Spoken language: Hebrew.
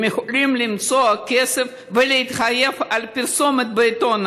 הם יכולים למצוא הכסף ולהתחייב על פרסומת בעיתון